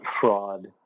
fraud